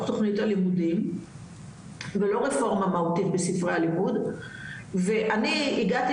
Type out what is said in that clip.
תוכנית הלימודים ולא רפורמה מהותית בספרי הלימוד ואני הגעתי